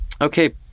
Okay